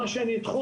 שכל